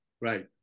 Right